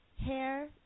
Hair